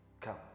come